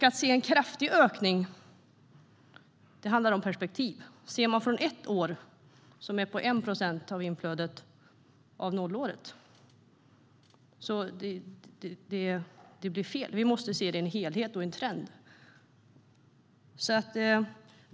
Att se en kraftig ökning handlar om perspektiv. Ser man från ett år, som är på 1 procent av inflödet av nollåret, blir det fel. Vi måste se det som en helhet och i en trend.